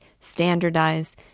standardize